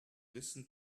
listen